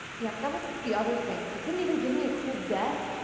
yeah that was the other thing, you couldn't even give me a cool death?